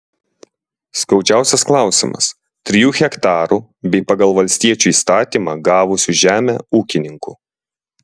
skaudžiausias klausimas trijų hektarų bei pagal valstiečių įstatymą gavusių žemę ūkininkų